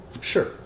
Sure